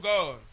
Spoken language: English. God